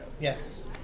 Yes